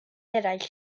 eraill